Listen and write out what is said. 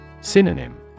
Synonym